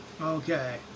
okay